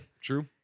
true